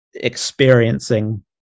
Experiencing